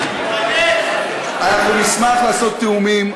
אנחנו נשמח לעשות תיאומים,